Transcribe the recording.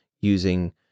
using